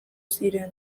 ziren